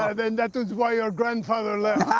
ah then that is why your grandfather left!